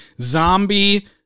zombie